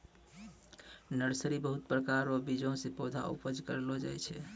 nursery बहुत प्रकार रो बीज से पौधा उपज करलो जाय छै